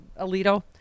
Alito